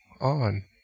on